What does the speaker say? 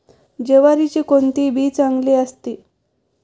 ज्वारीचे कोणते बी चांगले असते?